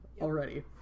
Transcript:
already